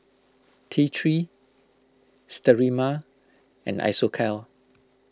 T three Sterimar and Isocal